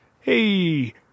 hey